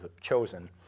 chosen